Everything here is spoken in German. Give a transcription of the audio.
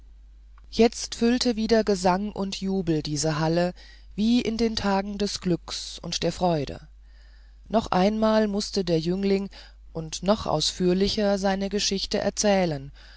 jetzt füllte wieder gesang und jubel diese halle wie in den tagen des glückes und der freude noch einmal mußte der jüngling und noch ausführlicher seine geschichte erzählen